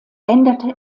änderte